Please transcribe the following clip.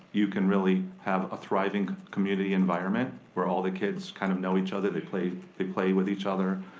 you can really have a thriving community environment, where all the kids kind of know each other, they play they play with each other.